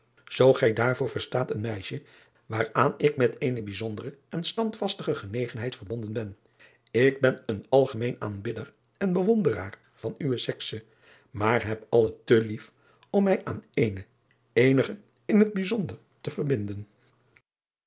zoo gij daardoor verstaat een meisje waaraan ik met eene bijzondere en standvastige genegenheid verbonden ben k ben een algemeen aanbidder en bewonderaar van uwe sekse maar heb alle te lief om mij aan ééne eenige in het bijzonder te verbinden